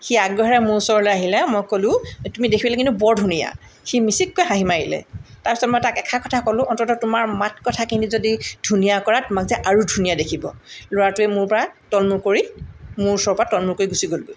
সি আগ্ৰহেৰে মোৰ ওচৰলৈ আহিলে মই ক'লো তুমি দেখিবলৈ কিন্তু বৰ ধুনীয়া সি মিচিককৈ হাঁহি মাৰিলে তাৰপিছত মই তাক এষাৰ কথা ক'লোঁ অন্তত তোমাৰ মাত কথাখিনি যদি ধুনীয়া কৰা তোমাক যে আৰু ধুনীয়া দেখিব ল'ৰাটোৱে মোৰ পৰা তলমূৰ কৰি মোৰ ওচৰৰ পৰা তলমূৰ কৰি গুচি গ'লগৈ